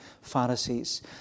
Pharisees